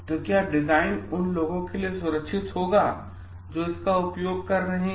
तो क्या डिजाइन उन लोगों के लिए सुरक्षित होगा जो इसका उपयोग कर रहे हैं